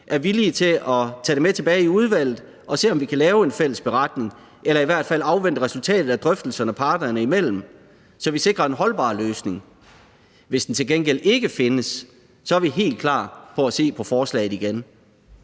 er villige til at tage det med tilbage i udvalget og se, om vi kan lave en fælles beretning, eller i hvert fald afvente resultatet af drøftelserne parterne imellem, så vi sikrer en holdbar løsning. Hvis den til gengæld ikke findes, er vi helt klar på at se på forslaget igen.